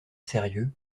sérieux